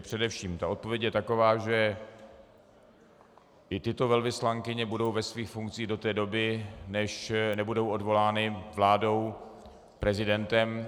Především odpověď je taková, že i tyto velvyslankyně budou ve svých funkcích do té doby, než nebudou odvolány vládou, prezidentem.